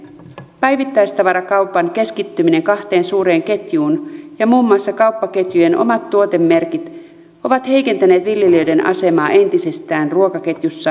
päivittäistavarakaupan keskittyminen kahteen suureen ketjuun ja muun muassa kauppaketjujen omat tuotemerkit ovat heikentäneet viljelijöiden asemaa entisestään ruokaketjussa